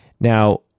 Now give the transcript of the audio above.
Now